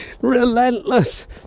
relentless